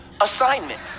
assignment